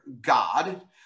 God